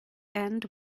end